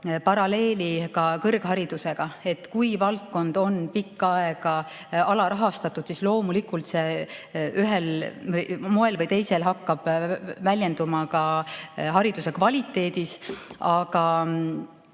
paralleeli ka kõrgharidusega – kui valdkond on pikka aega olnud alarahastatud, siis loomulikult see ühel või teisel moel hakkab väljenduma ka hariduse kvaliteedis. Aga